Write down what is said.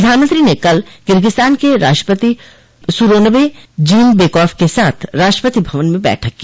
प्रधानमंत्री ने कल किर्गिस्तान के राष्ट्रपति सुरोनबे जीनबेकॉफ के साथ राष्ट्रपति भवन में बैठक की